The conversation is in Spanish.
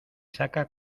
saca